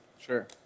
Sure